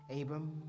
Abram